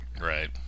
Right